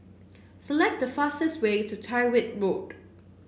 select the fastest way to Tyrwhitt